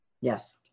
Yes